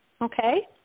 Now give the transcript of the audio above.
Okay